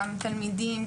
גם תלמידים,